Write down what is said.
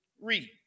Read